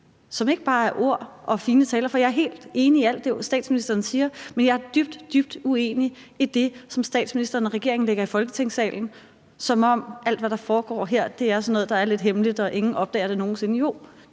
som ikke bare er ord og fine taler? For jeg er helt enig i alt det, som statsministeren siger, men jeg er dybt, dybt uenig i det, som statsministeren og regeringen lægger i Folketingssalen, som om alt, hvad der foregår her, er sådan noget, der er lidt hemmeligt, og at ingen nogen sinde